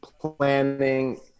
planning